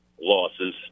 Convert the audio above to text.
losses